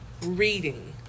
reading